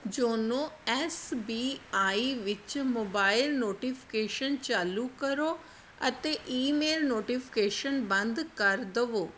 YONO S B I ਵਿੱਚ mobile notification ਚਾਲੂ ਕਰੋ ਅਤੇ ਈਮੇਲ ਨੋਟੀਫਿਕੇਸ਼ਨ ਬੰਦ ਕਰ ਦਵੋ